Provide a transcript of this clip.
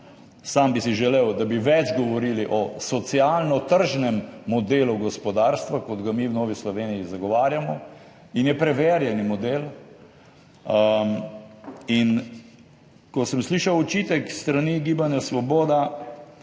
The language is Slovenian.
Sam bi si želel, da bi več govorili o socialnem tržnem modelu gospodarstva, kot ga mi v Novi Sloveniji zagovarjamo in je preverjeni model. Ko sem slišal očitek s strani Gibanja Svoboda,